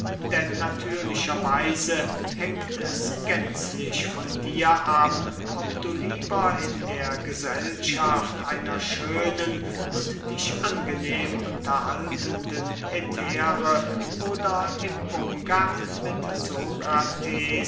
denn natürlicher weise hängt es gänzlich von dir ab ob du lieber in der gesellschaft einer schönen und dich angenehm unterhaltenden hetäre oder im umgang mit